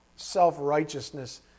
self-righteousness